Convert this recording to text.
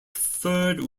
third